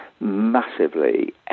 massively